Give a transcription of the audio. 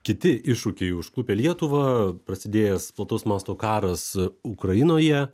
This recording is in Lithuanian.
kiti iššūkiai užklupę lietuvą prasidėjęs plataus masto karas ukrainoje